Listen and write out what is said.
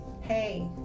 Hey